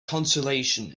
consolation